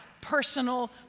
personal